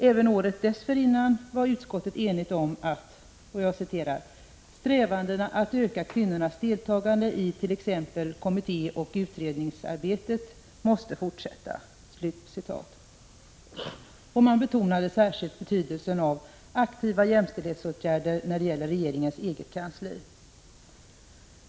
Även året dessförinnan var utskottet enigt om att ”strävandena att öka kvinnornas deltagande i t.ex. kommitté och utredningsarbetet måste fortsätta”. Man betonade särskilt betydelsen av aktiva jämställdhetsåtgärder när det gäller regeringens eget kansli.